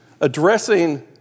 addressing